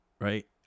right